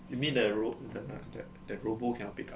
you mean the ro~ that that that that robot cannot pick up